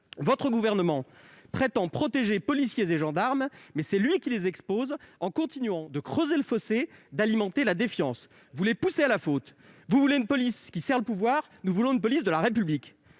les ministres, prétend protéger policiers et gendarmes, mais c'est lui qui les expose, en continuant de creuser le fossé et d'alimenter la défiance. Vous les poussez à la faute. Vous voulez une police qui sert le pouvoir, nous voulons une police de la République